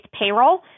payroll